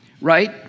Right